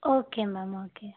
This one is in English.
okay ma'am okay